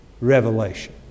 revelation